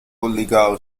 legal